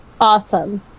Awesome